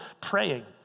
praying